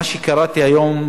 מה שקראתי היום,